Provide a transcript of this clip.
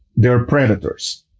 they're predators,